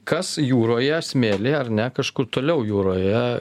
kas jūroje smėly ar ne kažkur toliau jūroje